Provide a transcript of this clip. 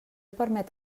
permet